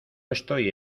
estoy